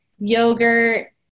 yogurt